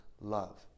love